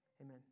Amen